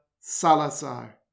Salazar